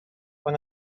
one